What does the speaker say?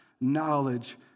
knowledge